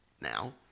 Now